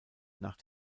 nach